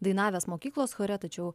dainavęs mokyklos chore tačiau